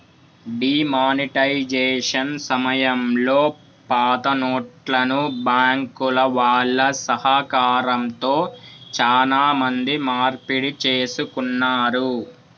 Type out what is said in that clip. D monetisation సమయంలో పాతనోట్లను బ్యాంకుల వాళ్ళ సహకారంతో చానా మంది మార్పిడి చేసుకున్నారు